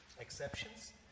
exceptions